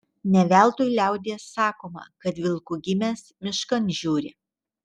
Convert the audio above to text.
ne veltui liaudies sakoma kad vilku gimęs miškan žiūri